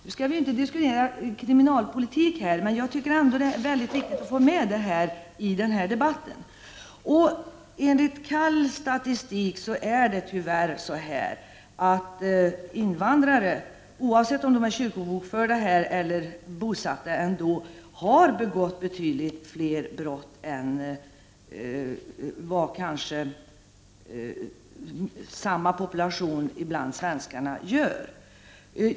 Nu skall vi ju inte diskutera kriminalpolitik här. Jag tycker ändå att det är viktigt att få med detta i denna debatt. Enligt kall statistik är det tyvärr så att invandrare, oavsett om de är kyrkobokförda här eller inte, har begått betydligt fler brott än samma population bland svenskarna kanske gör.